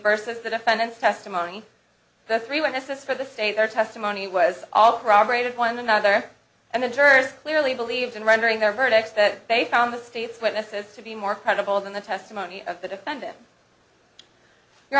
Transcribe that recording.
versus the defendants testimony the three witnesses for the state their testimony was all robbery to one another and the jurors clearly believed and rendering their verdict that they found the state's witnesses to be more credible than the testimony of the defendant you